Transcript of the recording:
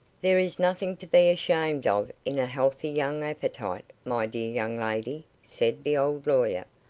there is nothing to be ashamed of in a healthy young appetite, my dear young lady, said the old lawyer.